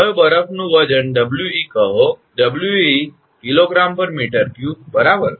હવે બરફનું વજન 𝑊𝑒 કહો 𝑊𝑐 𝐾𝑔 𝑚3 બરાબર